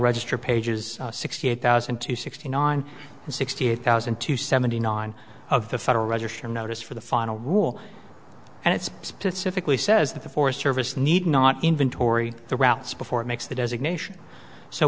register pages sixty eight thousand to sixty nine and sixty eight thousand to seventy nine of the federal register notice for the final rule and it's specifically says that the forest service need not inventory the routes before it makes the designation so